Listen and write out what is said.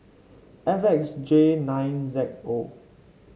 F X J nine Z O